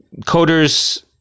coders